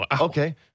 Okay